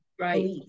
right